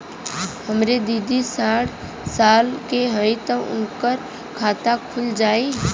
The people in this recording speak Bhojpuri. हमरे दादी साढ़ साल क हइ त उनकर खाता खुल जाई?